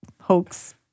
hoax